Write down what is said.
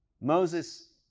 Moses